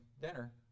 dinner